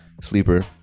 sleeper